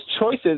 choices